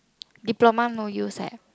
diploma no use eh